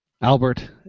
Albert